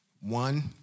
One